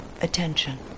attention